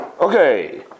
okay